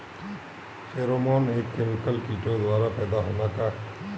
Pheromone एक chemical किटो द्वारा पैदा होला का?